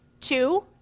Two